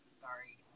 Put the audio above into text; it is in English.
Sorry